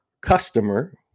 customer